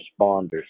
responders